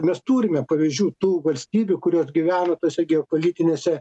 mes turime pavyzdžių tų valstybių kurios gyvena tose geopolitinėse